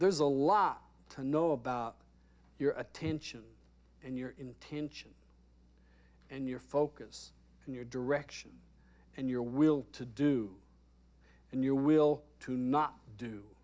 there's a lot to know about your attention and your intention and your focus and your direction and your will to do and your will to not do